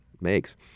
makes